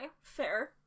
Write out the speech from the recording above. fair